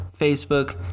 Facebook